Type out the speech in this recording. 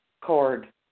cord